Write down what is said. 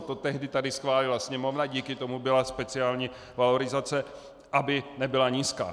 To tehdy tady schválila Sněmovna, díky tomu byla speciální valorizace, aby nebyla nízká.